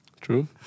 True